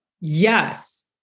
yes